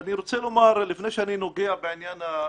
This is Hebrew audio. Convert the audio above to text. ואני רוצה לומר, לפני שאני נוגע בעניין העקרוני,